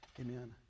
amen